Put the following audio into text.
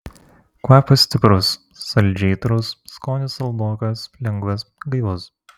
kvapas stiprus saldžiai aitrus skonis saldokas lengvas gaivus